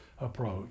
approach